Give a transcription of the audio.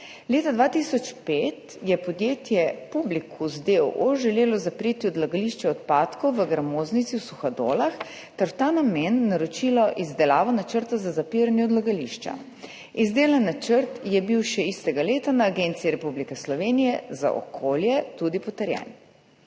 Leta 2005 je podjetje PUBLIKUS, d. o. o., želelo zapreti odlagališče odpadkov v gramoznici v Suhadolah ter v ta namen naročilo izdelavo načrta za zapiranje odlagališča. Izdelan načrt je bil še istega leta na Agenciji Republike Slovenije za okolje tudi potrjen.